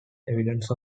evidence